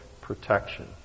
protection